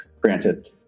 granted